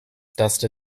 dust